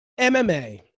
MMA